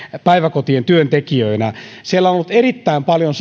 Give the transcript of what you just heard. päiväkotien työntekijöinä sosionomikentässä on ollut erittäin paljon